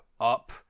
up